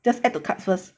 just add to carts first